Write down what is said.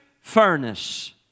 furnace